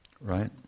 Right